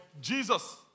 Jesus